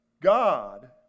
God